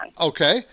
Okay